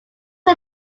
was